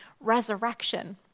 resurrection